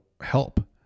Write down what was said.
help